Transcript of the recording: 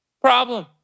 problem